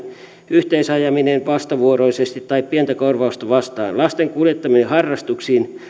yhteisajaminen vastavuoroisesti tai pientä korvausta vastaan lasten kuljettaminen harrastuksiin